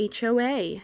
HOA